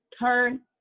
turn